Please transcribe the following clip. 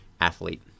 athlete